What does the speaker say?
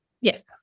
Yes